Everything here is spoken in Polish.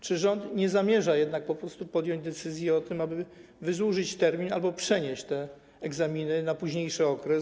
Czy rząd nie zamierza jednak po prostu podjąć decyzji o tym, aby wydłużyć termin albo przenieść te egzaminy na późniejszy okres?